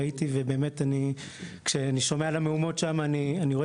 ראיתי ובאמת כשאני שומע על המהומות שקורות שם אני רואה